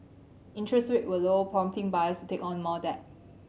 interest rate were low prompting buyers to take on more debt